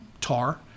tar